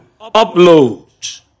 upload